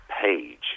page